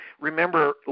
remember